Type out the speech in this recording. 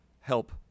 help